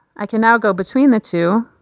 i can now go between the two